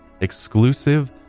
exclusive